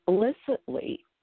explicitly